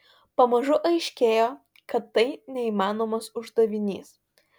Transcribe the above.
pamažu aiškėjo kad tai neįmanomas uždavinys